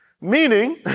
Meaning